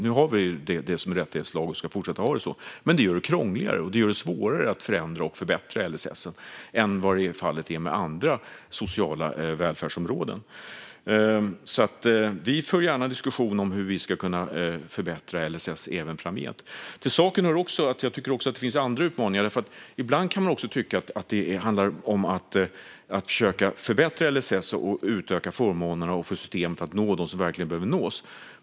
Nu har vi det som en rättighetslag, och vi ska fortsätta ha det så. Det gör det krångligare och svårare att förändra och förbättra LSS än vad fallet är inom andra sociala välfärdsområden. Men vi för gärna en diskussion om hur vi ska kunna förbättra LSS även framgent. Till saken hör också att det finns andra utmaningar. Ibland kan man tycka att det handlar om att försöka förbättra LSS och utöka förmånerna och systemen för att nå dem som behöver nås.